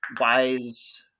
wise